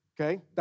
Okay